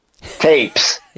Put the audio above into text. tapes